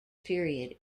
period